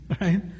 Right